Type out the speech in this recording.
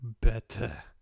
better